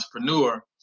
entrepreneur